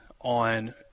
on